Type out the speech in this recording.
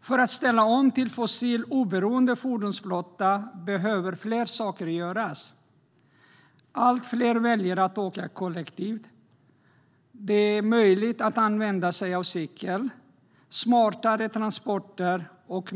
För att ställa om till en fossiloberoende fordonsflotta behöver flera saker göras. Allt fler väljer att åka kollektivt. Det är möjligt att använda sig av cykel. Det handlar om smartare transporter.